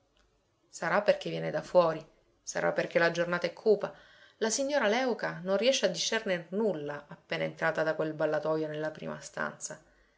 occhiali sarà perché viene da fuori sarà perché la giornata è cupa la signora léuca non riesce a discerner nulla appena entrata da quel ballatojo nella prima stanza